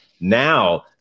Now